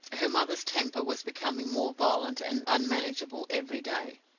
her mother's temper was becoming more violent and unmanageable every day.